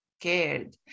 scared